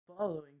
Following